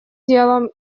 делом